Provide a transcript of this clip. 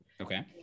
okay